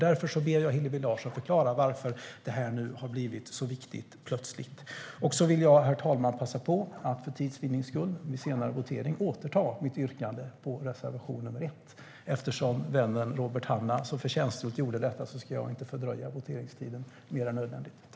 Därför ber jag Hillevi Larsson förklara varför detta plötsligt har blivit så viktigt. Herr talman! För tids vinnande vill jag passa på att återta mitt yrkande om bifall till reservation nr 1. Eftersom vännen Robert Hannah så förtjänstfullt gjorde det ska inte heller jag förlänga voteringstiden mer än nödvändigt.